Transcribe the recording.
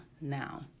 now